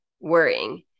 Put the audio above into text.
worrying